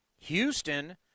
Houston